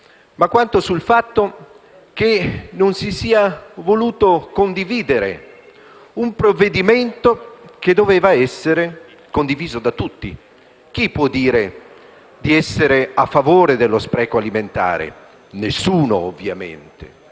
quanto per il fatto che non si sia voluto condividere un provvedimento che doveva essere supportato da tutti. Chi può dire di essere a favore dello spreco alimentare? Nessuno, ovviamente.